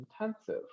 intensive